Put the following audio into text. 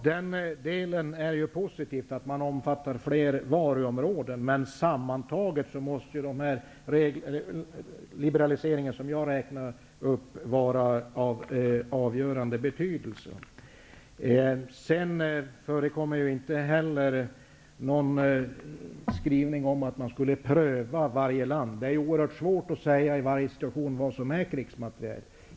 Herr talman! Det är ju positivt att lagen omfattar fler varuområden. Men sammantaget måste de liberaliseringar som jag räknade upp vara av avgörande betydelse. Det förekommer inte heller någon skrivning om att man skulle pröva varje land. Det är också svårt att i varje situation säga vad som är krigsmateriel.